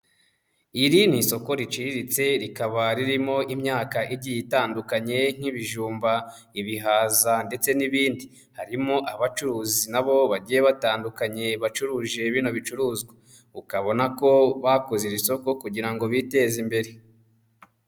Iri ni isoko riciriritse rikaba ririmo imyaka igiye itandukanye nk'ibijumba, ibihaza ndetse n'ibindi, harimo abacuruzi na bo bagiye batandukanye bacuruje bino bicuruzwa, ukabona ko bakoze iri soko kugira ngo biteze imbere.